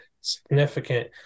significant